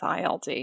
ILD